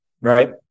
right